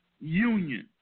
union